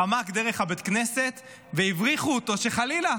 חמק דרך בית הכנסת, והבריחו אותו, שחלילה